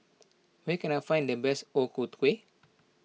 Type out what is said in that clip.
where can I find the best O Ku Kueh